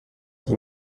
die